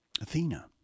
athena